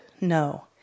No